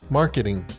marketing